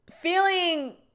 feeling